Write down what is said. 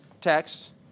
text